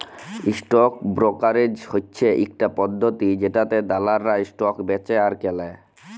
stock brokerage হচ্যে ইকটা পদ্ধতি জেটাতে দালালরা স্টক বেঁচে আর কেলে